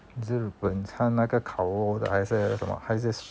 日本餐那个烤肉的还是什么还是